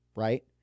Right